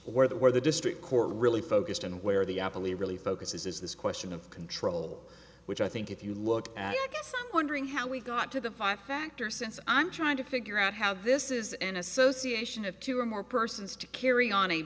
where the where the district court really focused and where the apple e really focuses is this question of control which i think if you look at i guess i'm wondering how we got to the five factors since i'm trying to figure out how this is an association of two or more persons to carry on a